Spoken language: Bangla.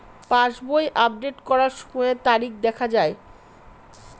পাসবই আপডেট করার সময়ে তারিখ দেখা য়ায়?